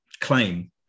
claim